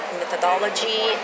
methodology